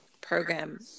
program